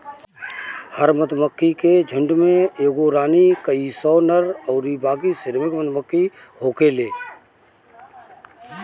हर मधुमक्खी के झुण्ड में एगो रानी, कई सौ नर अउरी बाकी श्रमिक मधुमक्खी होखेले